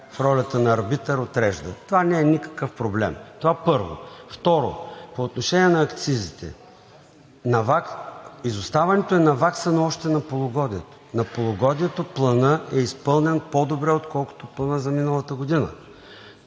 в ролята на арбитър отрежда. Това не е никакъв проблем, това първо. Второ, по отношение на акцизите. Изоставането е наваксано още на полугодието. На полугодието планът е изпълнен по-добре, отколкото планът за миналата година.